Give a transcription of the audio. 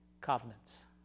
covenants